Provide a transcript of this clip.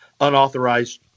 unauthorized